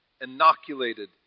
inoculated